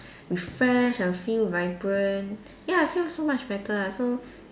with friends I feel vibrant ya I feel so much better ah so